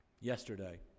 Yesterday